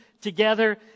together